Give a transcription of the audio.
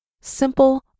simple